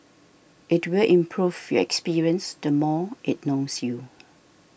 it will improve your experience the more it knows you